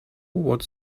what